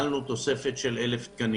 קיבלנו תוספת של 1,000 תקנים.